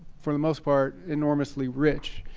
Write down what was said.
for the most part, enormously rich.